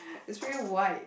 is really wide